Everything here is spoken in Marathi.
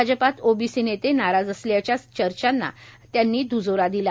भाजपात ओबीसी नेते नाराज असल्याच्या चर्चांना त्यांनी द्जोरा दिला